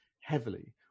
heavily